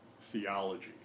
theology